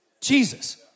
Jesus